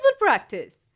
practice